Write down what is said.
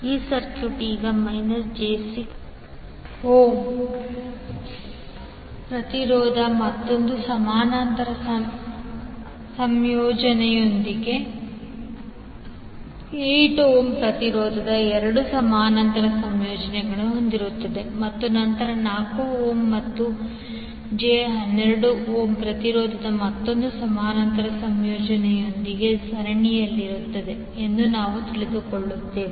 ಈ ಸರ್ಕ್ಯೂಟ್ ಈಗ j6Ω ಪ್ರತಿರೋಧದೊಂದಿಗೆ ಸಮಾನಾಂತರವಾಗಿ 8 ಓಮ್ ಪ್ರತಿರೋಧದ ಎರಡು ಸಮಾನಾಂತರ ಸಂಯೋಜನೆಗಳನ್ನು ಹೊಂದಿರುತ್ತದೆ ಮತ್ತು ನಂತರ 4Ω ಮತ್ತು j12Ω ಪ್ರತಿರೋಧದ ಮತ್ತೊಂದು ಸಮಾನಾಂತರ ಸಂಯೋಜನೆಯೊಂದಿಗೆ ಸರಣಿಯಲ್ಲಿರುತ್ತದೆ ಎಂದು ನಾವು ತಿಳಿದುಕೊಳ್ಳುತ್ತೇವೆ